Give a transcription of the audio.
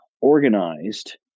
organized